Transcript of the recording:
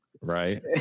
right